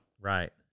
Right